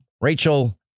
Rachel